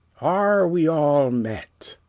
are we all met?